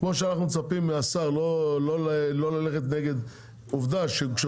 כמו שאנחנו מצפים מהשר לא ללכת נגד עובדה שכשהוא